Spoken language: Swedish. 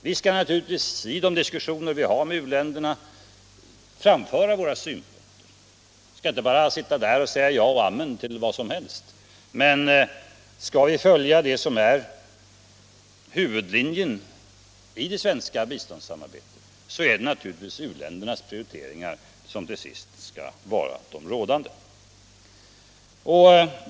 Vi skall naturligtvis i de diskussioner vi för med u-länderna framföra våra synpunkter men det är givetvis u-ländernas prioriteringar som till sist skall vara de rådande.